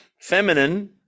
Feminine